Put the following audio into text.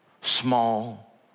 small